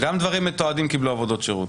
גם דברים מתועדים קיבלו עבירות שירות.